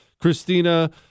Christina